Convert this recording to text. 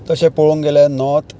तशें पळोवंक गेल्यार नोर्त